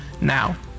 now